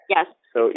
Yes